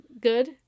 good